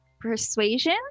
Persuasion